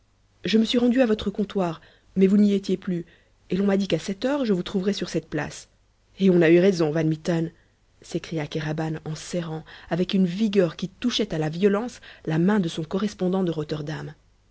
je me suis rendu à votre comptoir mais vous n'y étiez plus et l'on m'a dit qu'à sept heures je vous trouverais sur cette place et on a eu raison van mitten s'écria kéraban en serrant avec une vigueur qui touchait à la violence la main de son correspondant de rotterdam